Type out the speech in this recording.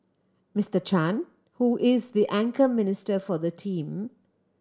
Mister Chan who is the anchor minister for the team